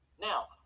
now